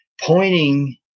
pointing